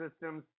Systems